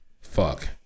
Fuck